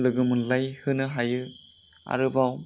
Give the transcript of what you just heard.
लोगो मोनलायहोनो हायो आरोबाव